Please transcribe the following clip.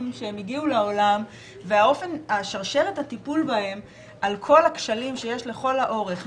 שהגיעו לעולם ושרשרת הטיפול בהם על כל הכשלים שיש לכל האורך,